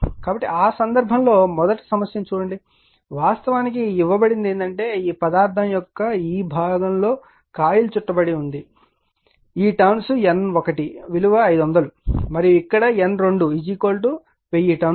కాబట్టి ఆ సందర్భంలో మొదట సమస్యను చూడండి వాస్తవానికి ఇవ్వబడినది ఏమిటంటే ఈ పదార్థం యొక్క ఈ భాగంలో కాయిల్ చుట్టబడి ఉంది ఈ టర్న్స్ N1 విలువ 500 మరియు ఇక్కడ N2 1000 టర్న్స్